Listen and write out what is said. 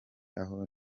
aho